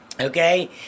Okay